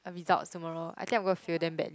results tomorrow I think I'm going to fail damn badly